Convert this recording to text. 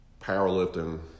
powerlifting